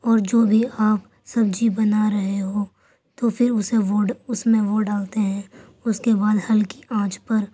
اور جو بھی آپ سبزی بنا رہے ہوں تو پھر اسے وہ اس میں وہ ڈالتے ہیں اس کے بعد ہلکی آنچ پر